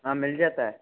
हाँ मिल जाता है